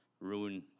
ruin